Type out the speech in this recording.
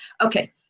Okay